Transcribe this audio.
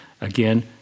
Again